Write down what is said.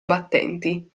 battenti